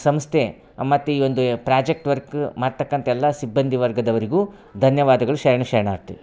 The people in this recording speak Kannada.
ಸಂಸ್ಥೆ ಮತ್ತು ಈ ಒಂದು ಪ್ರಾಜೆಕ್ಟ್ ವರ್ಕು ಮಾಡತಕ್ಕಂಥೆಲ್ಲ ಸಿಬ್ಬಂದಿ ವರ್ಗದವರಿಗೂ ಧನ್ಯವಾದಗಳು ಶರಣು ಶರಣಾರ್ತಿ